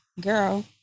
girl